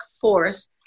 Force